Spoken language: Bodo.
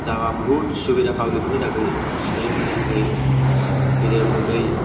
जाबा बहुद सुबिदा फाब्लिकफोरनि थाखै सिथुदेन्थफोरनि थाखै गेदेर उन्दै